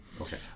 Okay